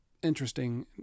interesting